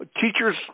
Teachers